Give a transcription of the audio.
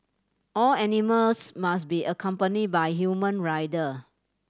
all animals must be accompanied by a human rider